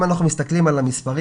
אם אנחנו מסתכלים על המספרים,